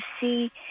see